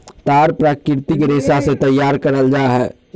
तार प्राकृतिक रेशा से तैयार करल जा हइ